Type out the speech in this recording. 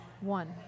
One